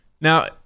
Now